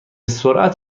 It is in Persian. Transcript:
سرعت